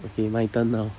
okay my turn now